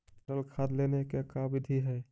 तरल खाद देने के का बिधि है?